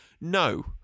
no